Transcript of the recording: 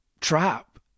trap